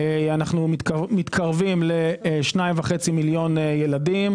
אנו מתקרבים ל-2.5 מיליון ילדים.